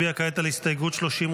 32 בעד, 40 נגד.